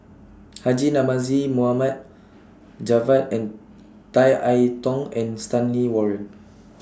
Haji Namazie Mohamed Javad and Tan I Tong and Stanley Warren